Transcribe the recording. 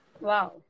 Wow